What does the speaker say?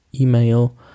email